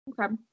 Okay